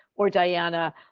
or diana,